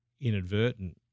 inadvertent